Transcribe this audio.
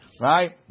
Right